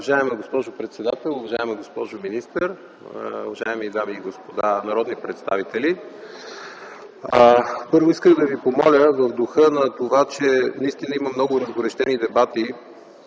Уважаема госпожо председател, уважаема госпожо министър, уважаеми дами и господа народни представители! Първо, исках да Ви помоля в духа на това, че наистина има много разгорещени дебати,